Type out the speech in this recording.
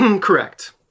Correct